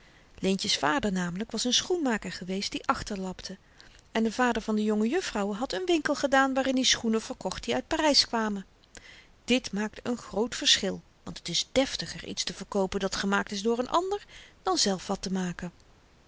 leentje's vader namelyk was n schoenmaker geweest die achterlapte en de vader van de jonge juffrouwen had n winkel gedaan waarin i schoenen verkocht die uit parys kwamen dit maakt n groot verschil want het is deftiger iets te verkoopen dat gemaakt is door n ander dan zelf wat te maken